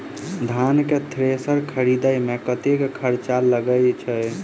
धान केँ थ्रेसर खरीदे मे कतेक खर्च लगय छैय?